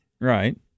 Right